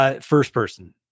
First-person